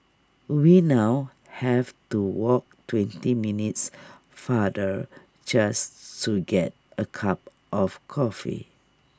we now have to walk twenty minutes farther just to get A cup of coffee